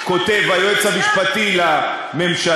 ואת זה כותב היועץ המשפטי לממשלה,